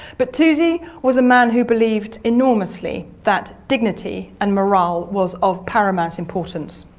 but toosey was a man who believed enormously that dignity and morale was of paramount importance.